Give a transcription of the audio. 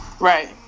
right